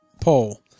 poll